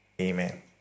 Amen